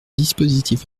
dispositif